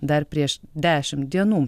dar prieš dešim dienų